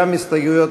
ההסתייגויות